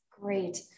great